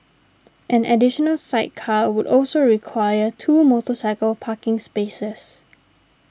an additional sidecar would also require two motorcycle parking spaces